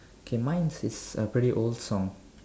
okay mine's is a pretty old song